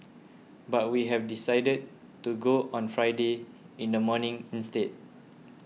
but we have decided to go on Friday in the morning instead